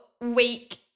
week